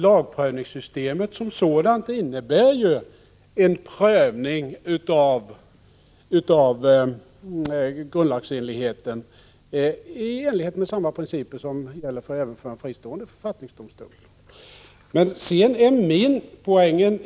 Lagprövningssystemet som sådant innebär ju en prövning av grundlagsenligheten efter samma principer som gäller för en fristående författningsdomstol.